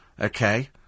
Okay